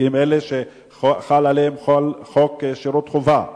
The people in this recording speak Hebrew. כי הם אלה שחל עליהם חוק שירות חובה.